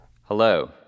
Hello